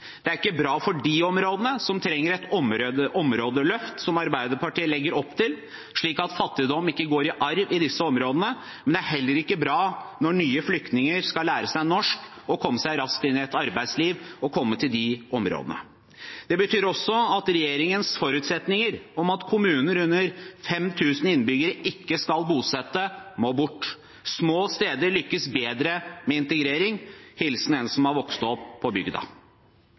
Det er ikke bra for disse områdene, som trenger et områdeløft, noe Arbeiderpartiet legger opp til, så fattigdom ikke går i arv i disse områdene. Men det er heller ikke bra når nye flyktninger skal lære seg norsk og komme seg raskt inn i et arbeidsliv, å komme til disse områdene. Det betyr også at regjeringens forutsetninger om at kommuner med under 5 000 innbyggere ikke skal bosette flyktninger, må bort. Små steder lykkes bedre med integrering – hilsen en som har vokst opp på bygda!